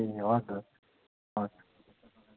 ए हस् हस् हस्